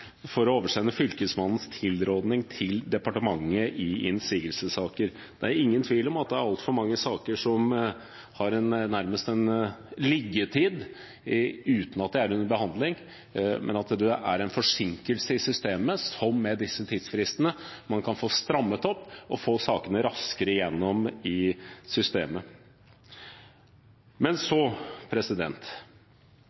for å oversende Fylkesmannens tilråding til departementet i innsigelsessaker. Det er ingen tvil om at det er altfor mange saker som nærmest har en «liggetid» – uten å være til behandling. Dette er en forsinkelse i systemet som man med disse tidsfristene kan få strammet opp, og man kan få sakene raskere gjennom systemet. Men